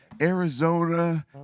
Arizona